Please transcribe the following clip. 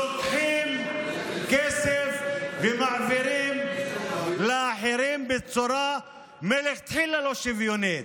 לוקחים כסף ומעבירים לאחרים בצורה מלכתחילה לא שוויונית.